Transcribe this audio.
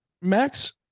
Max